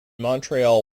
montreal